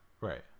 Right